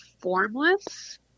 formless